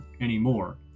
anymore